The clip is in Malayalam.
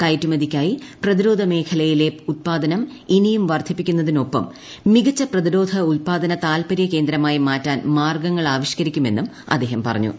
കയറ്റുമതിക്കായി പ്രതിരോധ മേഖലയിലെ ഉത്പാദനം ഇനിയും വർദ്ധിപ്പിക്കുന്നതിനൊപ്പം മികച്ച പ്രതിരോധ ഉത്പാദന താത്പര്യ കേന്ദ്രമായി മാറ്റാൻ മാർഗങ്ങൾ ആവിഷ്കരിക്കുമെന്നും അദ്ദേഹം പറഞ്ഞു